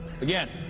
Again